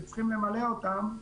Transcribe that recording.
וצריכים למלא אותן,